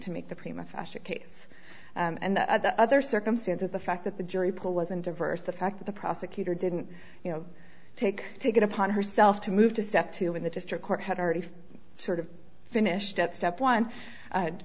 to make the prima fascia case and the other circumstances the fact that the jury pool wasn't diverse the fact that the prosecutor didn't you know take take it upon herself to move to step two when the district court had already sort of finished at step one